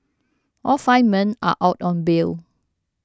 all five men are out on bail